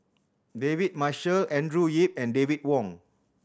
David Marshall Andrew Yip and David Wong